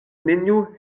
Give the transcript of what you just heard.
neniu